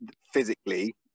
physically